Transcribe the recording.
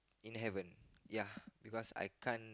in heaven ya because I can't